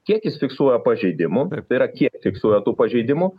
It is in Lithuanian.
kiek jis fiksuoja pažeidimų ir tai yra kiek fiksuoja tų pažeidimų